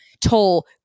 toll